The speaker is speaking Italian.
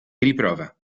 riprova